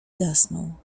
zasnął